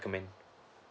recommend